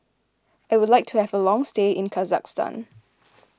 I would like to have a long stay in Kazakhstan